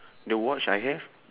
the watch I have